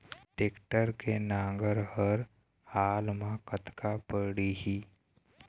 Tractor के नांगर हर हाल मा कतका पड़िही?